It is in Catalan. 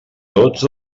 tots